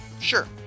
Sure